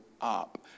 up